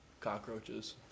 Cockroaches